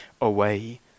away